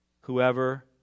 Whoever